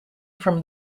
from